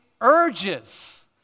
urges